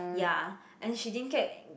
ya and she didn't get